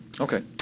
Okay